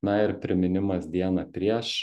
na ir priminimas dieną prieš